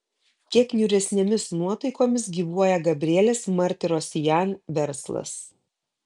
kiek niūresnėmis nuotaikomis gyvuoja gabrielės martirosian verslas